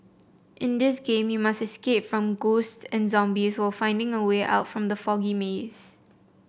in this game you must escape from ghosts and zombies while finding the way out from the foggy maze